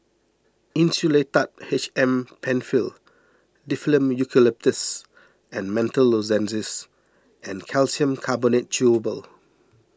Insulatard H M Penfill Difflam Eucalyptus and Menthol Lozenges and Calcium Carbonate Chewable